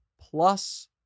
plus